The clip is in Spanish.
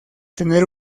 tener